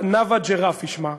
נאוה ג'רפי שמה,